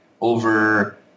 over